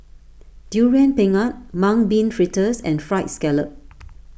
Durian Pengat Mung Bean Fritters and Fried Scallop